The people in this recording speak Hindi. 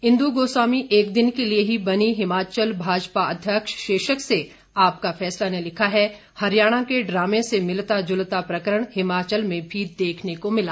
इंद्र गोस्वामी एक दिन के लिये ही बनीं हिमाचल भाजपा अध्यक्ष शीर्षक से आपका फैसला ने लिखा है हरियाणा के ड्रामे से मिलता जुलता प्रकरण हिमाचल में भी देखने को मिला